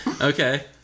Okay